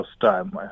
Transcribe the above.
time